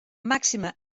màxima